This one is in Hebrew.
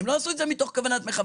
הם לא עשו את זה בכוונת מכוון.